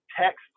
text